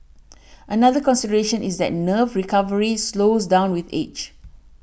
another consideration is that nerve recovery slows down with age